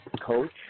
Coach